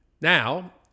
Now